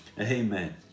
Amen